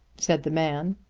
said the man,